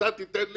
אתה תיתן לי,